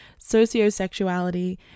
sociosexuality